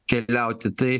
keliauti tai